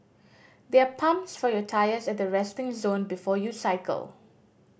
there are pumps for your tyres at the resting zone before you cycle